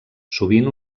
sovint